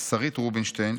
שרית רובינשטיין,